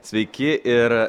sveiki ir